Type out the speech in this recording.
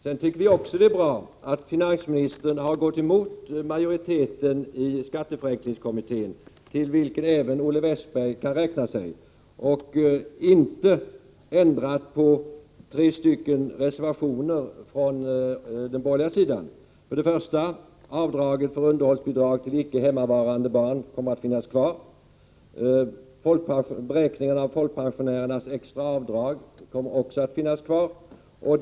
Vi tycker också det är bra att finansministern har gått emot majoriteten i skatteförenklingskommittén — till vilken Olle Westberg kan räkna sig — och inte ändrat på tre reservationer till kommitténs betänkande från den borgerliga sidan. Först och främst kommer avdraget för underhållsbidrag till icke hemmavarande barn att finnas kvar. Beräkningen av folkpensionärernas extra avdrag kommer också att finnas kvar oförändrad.